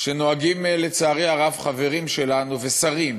שבו נוהגים, לצערי הרב, חברים שלנו ושרים